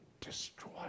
destroy